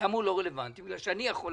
הוא לא רלוונטי כי אני יכול להחליט.